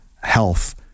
health